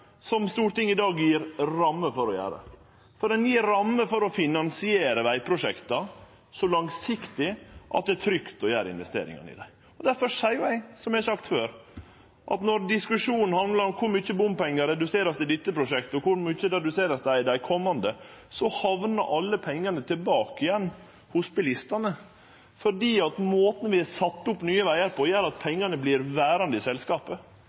som Stortinget i dag gjev ramme for å gjere, for ein gjev ramme for å finansiere vegprosjekta så langsiktig at det er trygt å gjere investeringane i dei. Difor seier eg, som eg har sagt før, at når diskusjonen handlar om kor mykje bompengar som vert redusert i dette prosjektet, og kor mykje som vert redusert i dei komande, hamnar alle pengane tilbake hos bilistane, fordi måten vi har sett opp Nye Vegar på, gjer at pengane vert verande i selskapet.